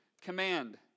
command